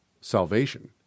salvation